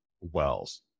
wells